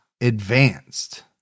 advanced